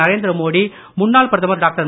நரேந்திர மோடி முன்னாள் பிரதமர் டாக்டர்